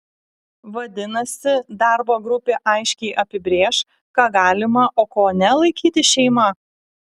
vadinasi darbo grupė aiškiai apibrėš ką galima o ko ne laikyti šeima